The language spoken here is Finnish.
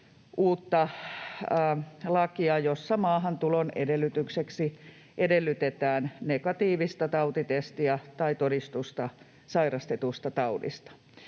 uutta lakia, jossa maahantulon edellytykseksi edellytetään negatiivista tautitestiä tai todistusta sairastetusta taudista.